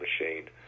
Machine